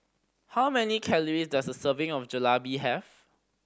how many calories does a serving of Jalebi have